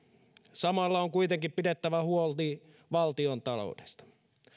samalla on kuitenkin pidettävä huoli valtiontaloudesta